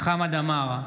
חמד עמאר,